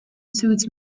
soothes